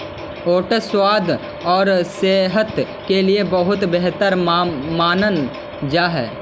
oats स्वाद और सेहत के लिए बहुत बेहतर मानल जा हई